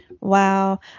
Wow